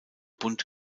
bunt